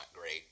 great